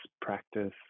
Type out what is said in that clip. practice